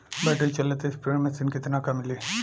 Battery चलत sprayer machine कितना क मिली?